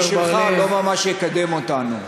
כנראה גם המינוי שלך לא ממש יקדם אותנו.